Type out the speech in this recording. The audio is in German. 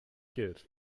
gilt